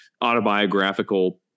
autobiographical